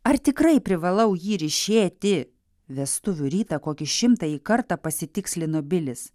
ar tikrai privalau jį ryšėti vestuvių rytą kokį šimtąjį kartą pasitikslino bilis